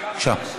בבקשה.